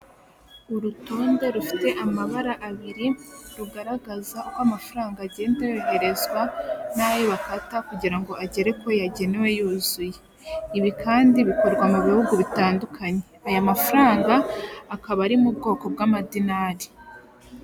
Ogisisi foiri biro akaba ari ibiro bifasha abaza kuvunjisha amafaranga yabo bayakura mu bwoko runaka bw'amafaranga bayashyira mu bundi bwoko runaka bw'amafaranga, aha turabonamo mudasobwa, turabonamo n'umugabo wicaye ategereje gufasha abakiriya baza kuvunjisha amafaranga yawe.